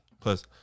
Plus